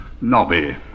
Nobby